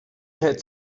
had